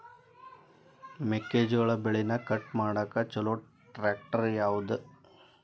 ಮೆಕ್ಕೆ ಜೋಳ ಬೆಳಿನ ಕಟ್ ಮಾಡಾಕ್ ಛಲೋ ಟ್ರ್ಯಾಕ್ಟರ್ ಯಾವ್ದು?